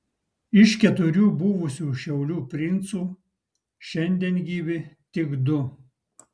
iš keturių buvusių šiaulių princų šiandien gyvi tik du